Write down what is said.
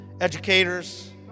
Educators